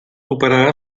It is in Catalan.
operar